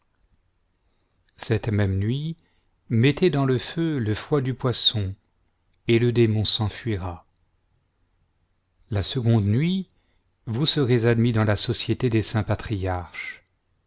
cette même nuit mettez dans le feu le foie du poisson et le démon s'enfuira la seconde nuit vous serez admis dans la société des saints patriarches